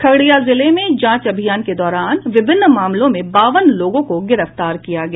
खगड़िया जिले में जांच अभियान के दौरान विभिन्न मामलों में बावन लोगों को गिरफ्तार किया गया